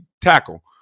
tackle